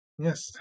Yes